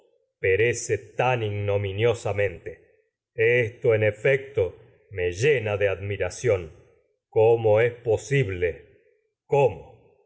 perece ignominiosa mente esto en efecto que llena de admiración cómo de es posible cómo